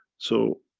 so,